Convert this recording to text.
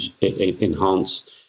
enhanced